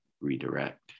redirect